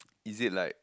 is it like